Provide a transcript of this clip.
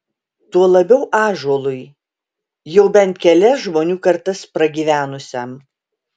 tuo labiau ąžuolui jau bent kelias žmonių kartas pragyvenusiam